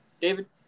David